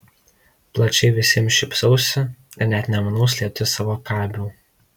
plačiai visiems šypsausi ir net nemanau slėpti savo kabių